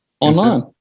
Online